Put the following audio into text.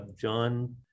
John